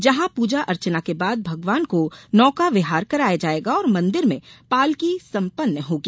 जहां पूजा अर्चना के बाद भगवान को नौका विहार कराया जायेगा और मंदिर में पालकी सम्पन्न होगी